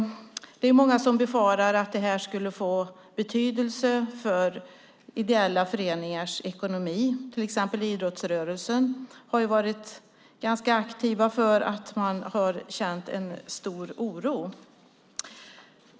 Det är många som befarar att det skulle få betydelse för ideella föreningars ekonomi. Till exempel har man i idrottsrörelsen känt en stor oro.